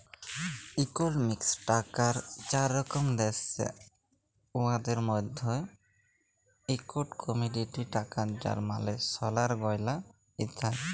ইকলমিক্সে টাকার চার রকম দ্যাশে, উয়াদের মইধ্যে ইকট কমডিটি টাকা যার মালে সলার গয়লা ইত্যাদি